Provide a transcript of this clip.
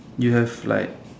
you have like